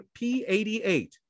P88